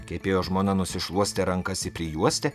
kepėjo žmona nusišluostė rankas į prijuostę